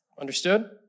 Understood